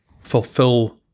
fulfill